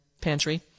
pantry